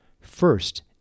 first